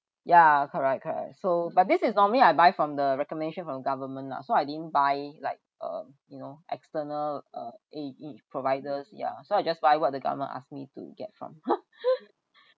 ya correct correct so but this is normally I buy from the recommendation from government lah so I didn't buy like um you know external uh eh providers ya so I just buy what the government asked me to get from